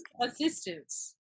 assistance